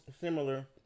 similar